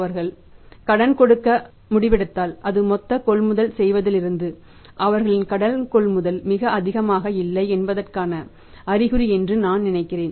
அவர்கள் கடன் கொடுக்க முடிவெடுத்தாள் அது மொத்த கொள்முதல் செய்வதிலிருந்து அவர்களின் கடன் கொள்முதல் மிக அதிகமாக இல்லை என்பதற்கான அறிகுறி என்று நான் நினைக்கிறேன்